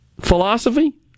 philosophy